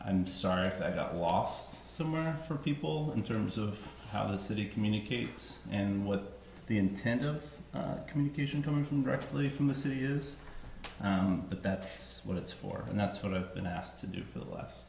i'm sorry i got lost somewhere for people in terms of how the city communicates and what the intent of communication coming directly from the city is but that's what it's for and that's what i've been asked to do for the last